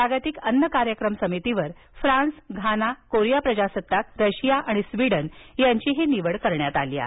जागतिक अन्न कार्यक्रम समितीवर फ्रान्स घाना कोरिया प्रजासत्ताक रशिया आणि स्वीडन यांची निवड करण्यात आली आहे